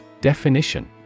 Definition